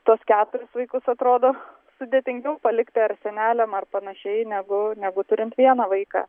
tuos keturis vaikus atrodo sudėtingiau palikti ar seneliams ar panašiai negu negu turint vieną vaiką